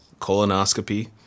colonoscopy